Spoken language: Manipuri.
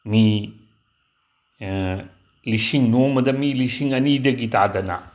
ꯃꯤ ꯂꯤꯁꯤꯡ ꯅꯣꯡꯃꯗ ꯃꯤ ꯂꯤꯁꯤꯡ ꯑꯅꯤꯗꯒꯤ ꯇꯥꯗꯅ